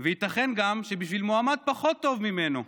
וייתכן גם שבשביל מועמד פחות טוב ממנו.